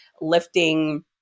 lifting